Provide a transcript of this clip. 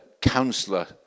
councillor